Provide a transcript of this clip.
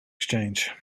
exchange